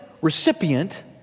recipient